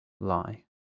lie